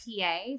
PA